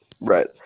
Right